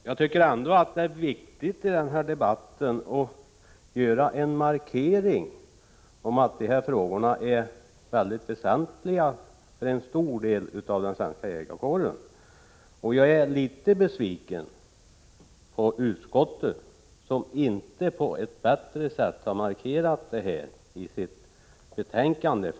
Jag tycker ändå det är viktigt att i den här debatten göra en markering av att dessa frågor är mycket väsentliga för en stor del av den svenska jägarkåren. Jag är litet besviken på utskottet, som inte har markerat detta i sitt betänkande.